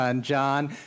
John